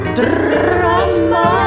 drama